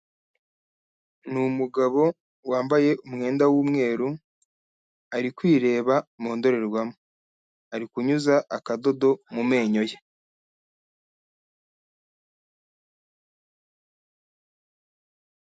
Ni umu umugabo wambaye umwenda w'umweru, ari kwireba mu ndorerwamo, ari kunyuza akadodo mu menyo ye.